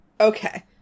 Okay